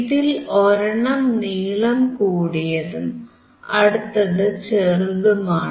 ഇതിൽ ഒരെണ്ണം നീളം കൂടിയതും അടുത്തത് ചെറുതുമാണ്